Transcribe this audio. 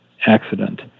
accident